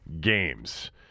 games